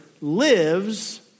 lives